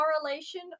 correlation